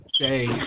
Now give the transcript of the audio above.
say